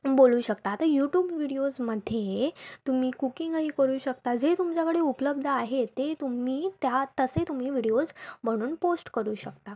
बोलू शकता आता युटूब विडियोजमध्ये तुम्ही कुकिंगही करू शकता जे तुमच्याकडे उपलब्ध आहे ते तुम्ही त्या तसे तुम्ही विडियोज बनवून पोस्ट करू शकता